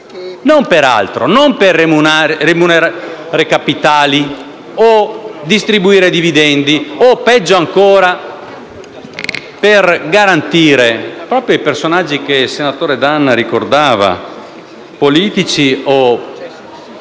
Non per altro, non per remunerare capitali, distribuire dividendi o, peggio ancora, per garantire proprio i personaggi che il senatore D'Anna ricordava: politici o coniugi